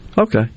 Okay